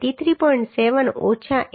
7 ઓછા 83